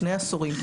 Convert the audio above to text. שני עשורים,